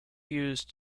use